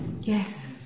Yes